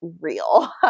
real